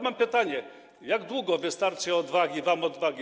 Mam pytanie: Na jak długo wystarczy odwagi wam odwagi?